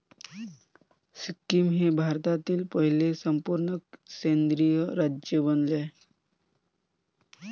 सिक्कीम हे भारतातील पहिले संपूर्ण सेंद्रिय राज्य बनले आहे